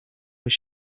was